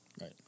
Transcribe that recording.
right